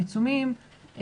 העיצומים,